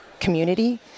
Community